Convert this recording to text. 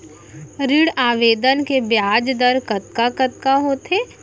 ऋण आवेदन के ब्याज दर कतका कतका होथे?